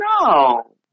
No